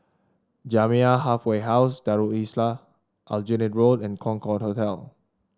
Jamiyah Halfway House Darul Islah Aljunied Road and Concorde Hotel